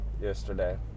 yesterday